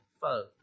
foe